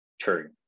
True